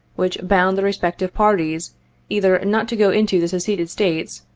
which bound the respective parties either not to go into the seceded states,